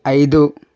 ఐదు